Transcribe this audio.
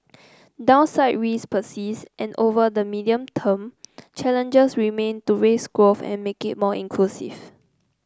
downside risks persist and over the medium term challenges remain to raise growth and make it more inclusive